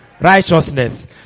righteousness